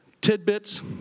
tidbits